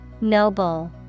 Noble